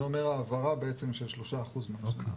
זה אומר העברה בעצם של 3% מהשנה ה-11.